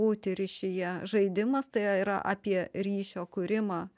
būti ryšyje žaidimas tai a yra apie ryšio kūrimą